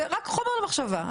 זה רק חומר למחשבה.